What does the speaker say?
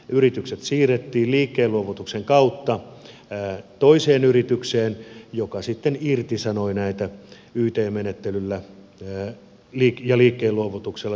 työntekijät siirrettiin liikkeenluovutuksen kautta toiseen yritykseen joka sitten irtisanoi näitä yt menettelyllä ja liikkeenluovutuksella siirrettyjä työntekijöitä